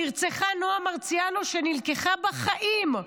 נרצחה נועה מרציאנו שנלקחה בחיים.